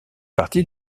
partie